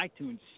iTunes